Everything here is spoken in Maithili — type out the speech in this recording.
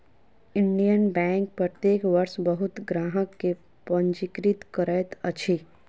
इंडियन बैंक प्रत्येक वर्ष बहुत ग्राहक के पंजीकृत करैत अछि